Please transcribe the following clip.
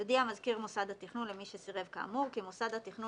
יודיע מזכיר מוסד התכנון למי שסירב כאמור כי מוסד התכנון